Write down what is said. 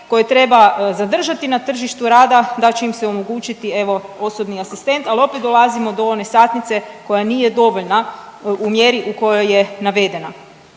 koje treba zadržati na tržištu rada da će im se omogućiti evo osobni asistent. Ali opet dolazimo do one satnice koja nije dovoljna u mjeri u kojoj je navedena.